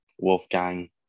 Wolfgang